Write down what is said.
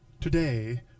today